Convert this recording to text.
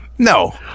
No